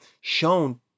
shown